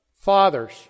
fathers